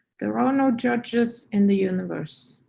there are no judges in the universe.